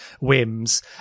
whims